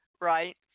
right